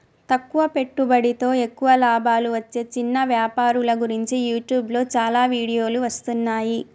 తక్కువ పెట్టుబడితో ఎక్కువ లాభాలు వచ్చే చిన్న వ్యాపారుల గురించి యూట్యూబ్లో చాలా వీడియోలు వస్తున్నాయి